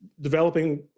developing